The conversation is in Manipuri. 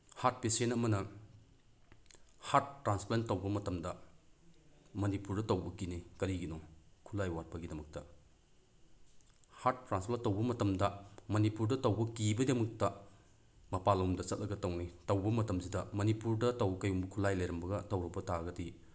ꯍꯥꯔꯠ ꯄꯦꯁꯦꯟ ꯑꯃꯅ ꯍꯥꯔꯠ ꯇ꯭ꯔꯥꯟꯁꯄ꯭ꯂꯥꯟ ꯇꯧꯕ ꯃꯇꯝꯗ ꯃꯅꯤꯄꯨꯔꯗ ꯇꯧꯕ ꯀꯤꯅꯩ ꯀꯔꯤꯒꯤꯅꯣ ꯈꯨꯠꯂꯥꯏ ꯋꯥꯠꯄꯒꯤꯗꯃꯛꯇ ꯍꯥꯔꯠ ꯇ꯭ꯔꯥꯟꯁꯄ꯭ꯂꯥꯟ ꯇꯧꯕ ꯃꯇꯝꯗ ꯃꯅꯤꯄꯨꯔꯗ ꯇꯧꯕ ꯀꯤꯕꯒꯤꯗꯃꯛꯇ ꯃꯄꯥꯜꯂꯣꯝꯗ ꯆꯠꯂꯒ ꯇꯧꯅꯩ ꯇꯧꯕ ꯃꯇꯝꯁꯤꯗ ꯃꯅꯤꯄꯨꯔꯗ ꯀꯩꯒꯨꯝꯕ ꯈꯨꯠꯂꯥꯏ ꯂꯩꯔꯝꯃꯒ ꯇꯧꯔꯛꯄ ꯇꯥꯔꯒꯗꯤ